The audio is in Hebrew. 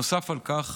נוסף על כך,